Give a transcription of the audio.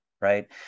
right